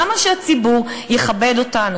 למה שהציבור יכבד אותנו?